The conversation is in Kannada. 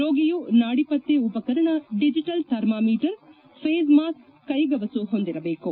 ರೋಗಿಯು ನಾಡಿ ಪತ್ತೆ ಉಪಕರಣ ಡಿಜೆಟಲ್ ಥರ್ಮಾಮೀಟರ್ ಫೇಸ್ ಮಾಸ್ತ್ ಕೈಗವಸು ಹೊಂದಿರಬೇಕು